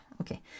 okay